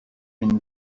been